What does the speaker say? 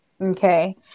Okay